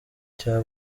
cya